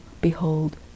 behold